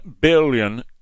billion